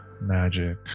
magic